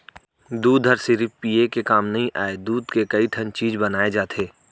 दूद हर सिरिफ पिये के काम नइ आय, दूद के कइ ठन चीज बनाए जाथे